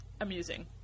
amusing